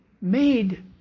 made